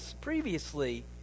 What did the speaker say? previously